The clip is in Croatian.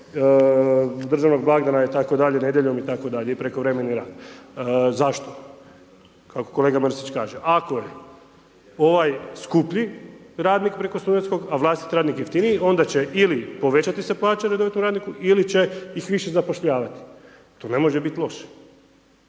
državnog blagdana itd., nedjeljom itd., i prekovremeni rad. Zašto? Kako kolega Mrsić kaže, ako je ovaj skuplji radnik preko studentskog a vlastiti radnik jeftiniji, onda će ili povećati se plaća redovitom radniku ili će ih više zapošljavati. To ne može biti loše.